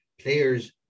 players